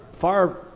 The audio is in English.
far